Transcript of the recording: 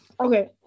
Okay